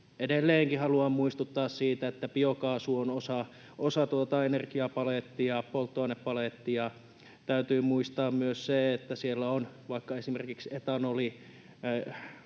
Edelleenkin haluan muistuttaa siitä, että biokaasu on osa energiapalettia, polttoainepalettia. Täytyy muistaa myös se, että siellä on vaikka esimerkiksi etanoli: